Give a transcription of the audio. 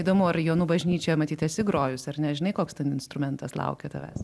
įdomu ar jonų bažnyčioje matyt esi grojusi ar ne žinai koks ten instrumentas laukia tavęs